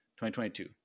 2022